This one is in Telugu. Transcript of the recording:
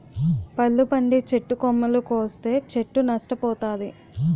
పళ్ళు పండే చెట్టు కొమ్మలు కోస్తే చెట్టు నష్ట పోతాది